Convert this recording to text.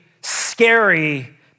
scary